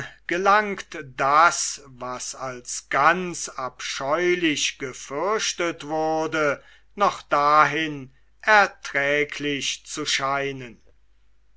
gelangt das was als ganz abscheulich gefürchtet wurde noch dahin erträglich zu scheinen